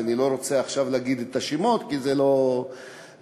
ואני לא רוצה עכשיו להגיד את השמות כי זה לא משנה,